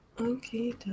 Okay